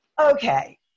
Okay